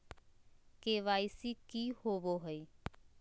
KYC की होबो है?